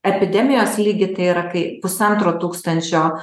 epidemijos lygį tai yra kai pusantro tūkstančio